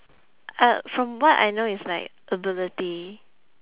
uh from what I know it's like ability